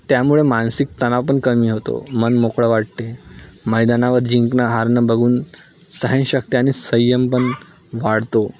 त्यामुळे मानसिक तणाव पण कमी होतो मन मोकळं वाटते मैदानावर जिंकणं हारणं बघून सहनशक्ती आणि संयम पण वाढतो